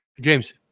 james